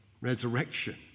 resurrection